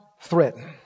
threaten